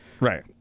Right